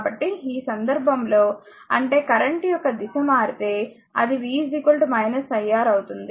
కాబట్టి ఈ సందర్భంలో అంటే కరెంట్ యొక్క దిశ మారితే అది v iR అవుతుంది